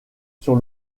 sur